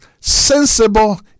sensible